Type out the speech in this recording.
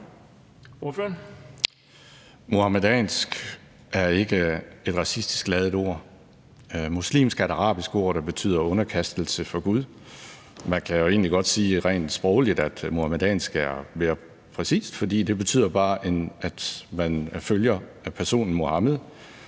»Muhamedansk« er ikke et racistisk ladet ord. »Muslimsk« er et arabisk ord, der betyder underkastelse for gud. Man kan jo egentlig godt sige rent sprogligt, at ordet muhamedansk er mere præcist, for det betyder bare, at man følger personen Muhammed